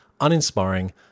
uninspiring